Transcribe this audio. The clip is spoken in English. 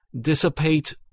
dissipate